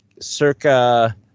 circa